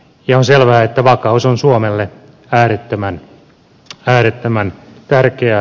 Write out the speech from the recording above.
on selvää että vakaus on suomelle äärettömän tärkeää